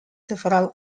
several